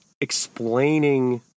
explaining